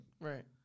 Right